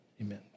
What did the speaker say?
Amen